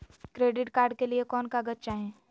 Credit card के लिए कौन कागज चाही?